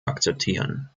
akzeptieren